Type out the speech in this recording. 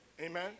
Amen